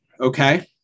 Okay